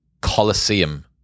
Colosseum